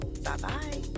Bye-bye